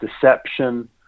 deception